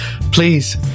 Please